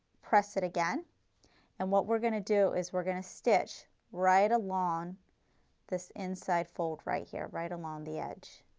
press it again and what we are going to do is we are going to stitch right along this inside fold right here, right along on the edge.